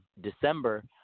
December